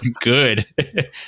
good